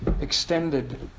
extended